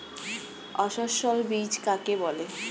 অসস্যল বীজ কাকে বলে?